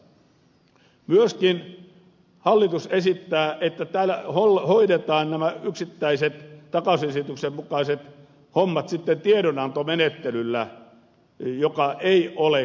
myöskin hallitus esittää että hoidetaan nämä yksittäiset takausesityksen mukaiset hommat sitten tiedonantomenettelyllä joka ei kyllä ole riittävä